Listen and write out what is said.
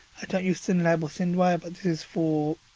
i don't use syndlab or syndwire but this is for.